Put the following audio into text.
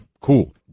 cool